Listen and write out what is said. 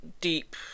deep